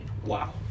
Wow